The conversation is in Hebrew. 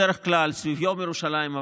בדרך כלל סביב יום ירושלים,